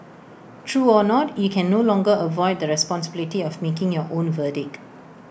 true or not you can no longer avoid the responsibility of making your own verdict